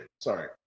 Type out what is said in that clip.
Sorry